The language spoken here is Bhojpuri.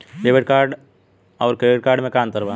डेबिट आउर क्रेडिट कार्ड मे का अंतर बा?